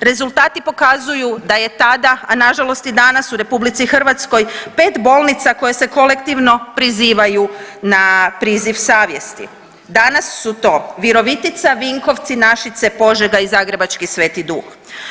rezultati pokazuju da je tada, a nažalost i danas u RH pet bolnica koje se kolektivno prizivaju na priziv savjesti, danas su to Virovitica, Vinkovci, Našice, Požega i zagrebački Sv. Duh.